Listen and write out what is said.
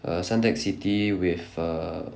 err suntec city with err